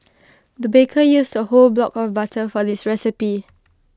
the baker used A whole block of butter for this recipe